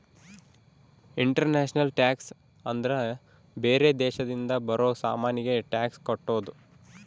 international tax ಅಂದ್ರ ಬೇರೆ ದೇಶದಿಂದ ಬರೋ ಸಾಮಾನಿಗೆ ಟ್ಯಾಕ್ಸ್ ಕಟ್ಟೋದು